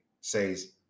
says